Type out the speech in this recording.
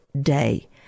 day